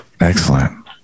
Excellent